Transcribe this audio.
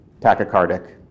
tachycardic